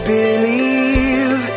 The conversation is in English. believe